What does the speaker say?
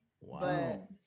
Wow